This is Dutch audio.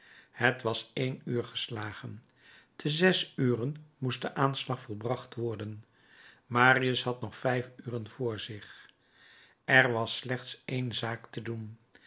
het was één uur geslagen te zes uren moest de aanslag volbracht worden marius had nog vijf uren voor zich er was slechts één zaak te doen